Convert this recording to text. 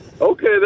Okay